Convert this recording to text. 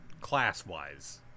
class-wise